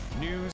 News